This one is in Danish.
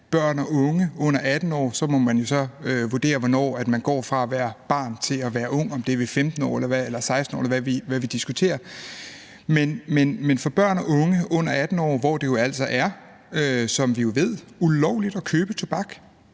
børn og unge under 18 år – og så må man jo så vurdere, hvornår man går fra at være barn til at være ung, om det er ved 15 år eller 16 år eller hvad – hvor det jo altså er, som vi ved, ulovligt at købe tobak.